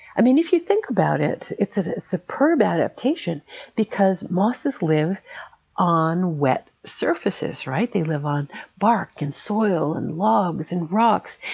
i mean, if you think about it, it's a superb adaptation because mosses live on wet surfaces, right? they live on bark, and soil, and logs, and rocks,